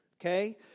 okay